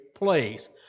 Place